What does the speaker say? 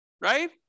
right